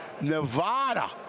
Nevada